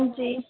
हां जी